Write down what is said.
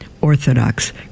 orthodox